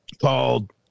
called